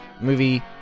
movie